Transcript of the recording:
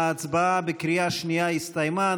ההצבעה בקריאה שנייה הסתיימה.